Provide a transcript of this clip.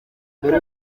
mbere